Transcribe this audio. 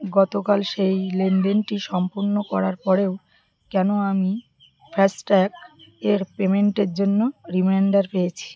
গতকাল সেই লেনদেনটি সম্পূর্ণ করার পরেও কেন আমি ফাস্ট্যাগ এর পেমেন্টের জন্য রিমাইণ্ডার পেয়েছি